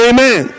Amen